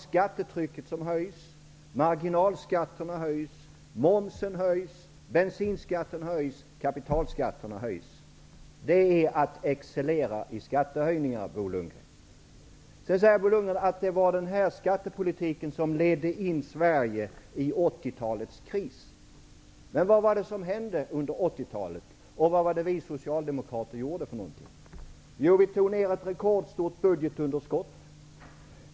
Skattetrycket, marginalskatterna, momsen, bensinskatten och kapitalskatterna höjs. Detta är att excellera i skattehöjningar, Bo Lundgren. Bo Lundgren säger att denna skattepolitik ledde in Sverige i 80-talets kris. Men vad var det som hände under 80-talet och vad gjorde vi socialdemokrater? Jo, vi fick ned ett rekordstort budgetunderskott.